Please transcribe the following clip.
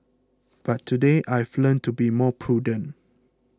but today I've learnt to be more prudent